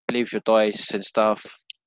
play with your toys and stuff